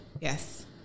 yes